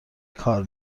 کار